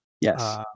Yes